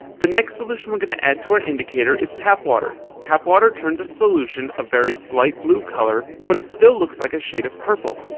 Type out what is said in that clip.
the next solution we gonna add to our indicator is tap water. tap water turns our solution a very slight blue color but it still looks like a shade of purple.